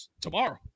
tomorrow